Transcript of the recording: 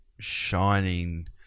shining